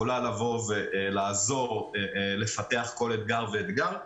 יכולה לעזור לפתח כל אתגר ואתגר.